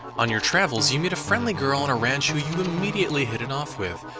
on your travels, you meet a friendly girl on a ranch who you immediately hit it off with.